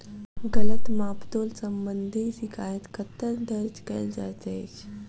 गलत माप तोल संबंधी शिकायत कतह दर्ज कैल जाइत अछि?